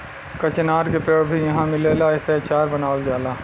कचनार के पेड़ भी इहाँ मिलेला एसे अचार बनावल जाला